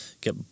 get